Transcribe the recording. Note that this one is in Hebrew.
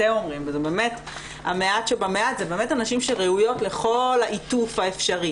זה באמת נשים שראויות לכל העיטוף האפשרי